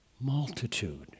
multitude